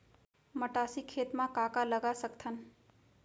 मटासी खेत म का का लगा सकथन?